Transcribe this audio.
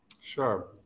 Sure